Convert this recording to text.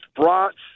brats